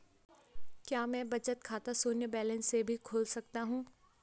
क्या मैं बचत खाता शून्य बैलेंस से भी खोल सकता हूँ?